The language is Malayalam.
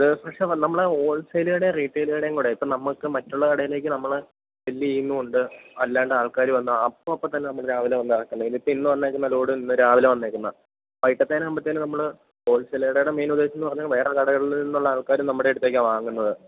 ഇത് ഫ്രഷാണ് നമ്മള് ഹോൾസെയില് കടയും റീടൈല് കടയും കൂടെയാണ് ഇപ്പോള് നമുക്ക് മറ്റുള്ള കടയിലേക്ക് നമ്മള് സെല് ചെയ്യുന്നുമുണ്ട് അല്ലാതെ ആൾക്കാര് വന്ന് അപ്പപ്പോള് തന്നെ നമ്മള് രാവിലെ വന്നിറക്കുന്നതില് ഇപ്പോള് ഇന്ന് വന്നിരിക്കുന്ന ലോഡ് ഇന്ന് രാവിലെ വന്നിരിക്കുന്നതാണ് വൈകിട്ടത്തേക്കാവുമ്പോഴേക്കും നമ്മള് ഹോൾസേയില് കടയുടെ മെയിന് ഉദ്ദേശമെന്ന് പറഞ്ഞാല് വേറെ കടകളില് നിന്നുള്ള ആൾക്കാര് നമ്മുടെ അടുത്തുനിന്നാണ് വാങ്ങുന്നത്